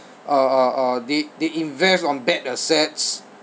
uh uh uh they they invest on bad assets